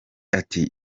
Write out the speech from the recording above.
ati